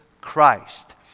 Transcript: Christ